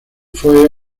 fue